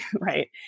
right